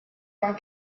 vingt